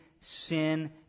sin